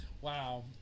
wow